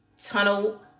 tunnel